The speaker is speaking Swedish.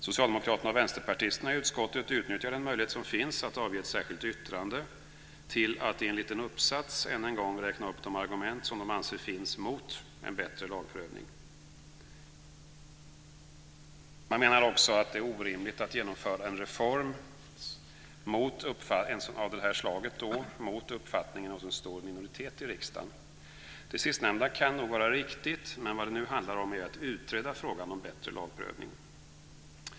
Socialdemokraterna och vänsterpartisterna i utskottet utnyttjar den möjlighet som finns att avge ett särskilt yttrande till att i en liten uppsats än en gång räkna upp de argument som de anser finns mot en bättre lagprövning. Man menar också att det är orimligt att genomföra en reform av detta slag mot uppfattningen hos en stor minoritet i riksdagen. Det sistnämnda kan nog vara riktigt. Men vad det nu handlar om är att utreda frågan om bättre lagprövning.